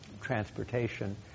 transportation